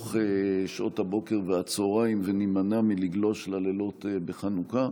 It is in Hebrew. בתוך שעות הבוקר והצוהריים ונימנע מלגלוש ללילות בחנוכה.